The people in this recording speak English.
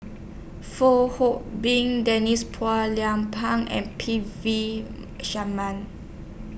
Fong Hoe Beng Denise Phua Lay Peng and P V Sharman